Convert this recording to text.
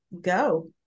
go